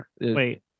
wait